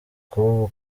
kuba